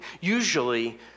usually